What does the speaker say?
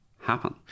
happen